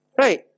Right